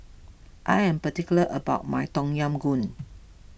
I am particular about my Tom Yam Goong